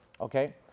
okay